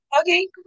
Okay